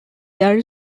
there